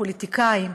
הפוליטיקאים,